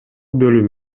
бөлүм